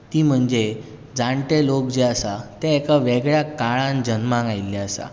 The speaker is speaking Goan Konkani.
ती म्हणजे जाणटे लोक जे आसात ते एका वेगळ्या काळांत जल्माक आयिल्ले आसा